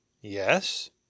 yes